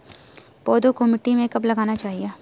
पौधों को मिट्टी में कब लगाना चाहिए?